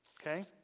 Okay